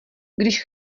když